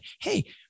hey